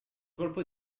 colpo